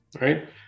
Right